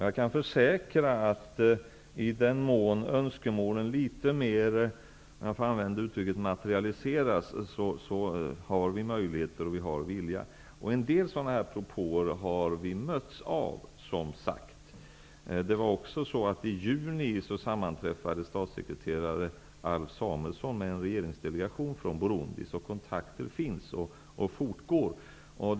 Jag kan försäkra att i den mån önskemålen litet mer -- om jag får använda uttrycket -- materialiseras har vi möjligheter och vilja. Vi har mötts av en del sådana propåer. I juni sammanträffade statssekreterare Alf Samuelsson med en regeringsdelegation från Burundi. Så det finns och fortgår kontakter.